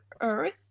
Earth